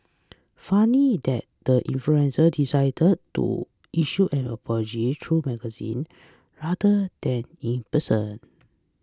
funny that the influencer decided to issue an apology through magazine rather than in person